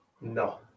No